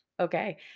Okay